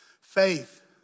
Faith